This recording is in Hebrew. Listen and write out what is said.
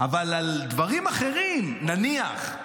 אבל על דברים אחרים, נניח,